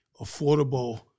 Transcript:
affordable